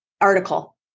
article